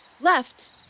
left